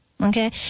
Okay